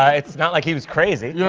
it's not like he was crazy. you